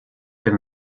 than